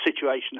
situation